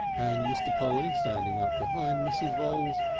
and mr. polly, standing up behind mrs. voules,